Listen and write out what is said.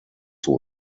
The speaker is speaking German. zur